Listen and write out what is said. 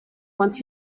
wants